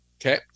Okay